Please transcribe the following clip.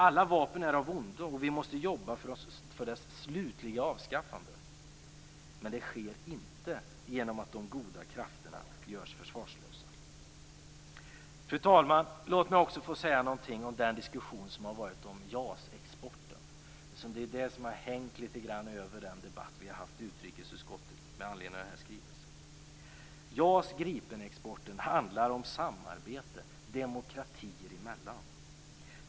Alla vapen är av ondo, och vi måste jobba för deras slutliga avskaffande, men det sker inte genom att de goda krafterna görs försvarslösa. Fru talman! Låt mig få säga någonting om den diskussion som har varit om JAS-exporten, eftersom det är den som lite grann hängt över den debatt vi haft i utrikesutskottet med anledning av den här skrivelsen. JAS Gripen-exporten handlar om samarbete demokratier emellan.